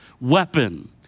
weapon